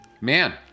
man